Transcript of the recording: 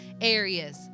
areas